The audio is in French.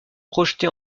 projetés